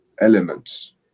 elements